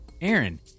Aaron